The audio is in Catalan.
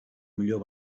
millor